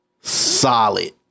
solid